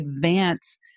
advance